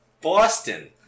Boston